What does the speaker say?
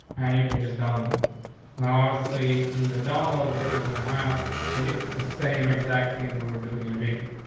and you can just download this now, obviously, in the download, what you're gonna have is the same exact thing we're doing in the video.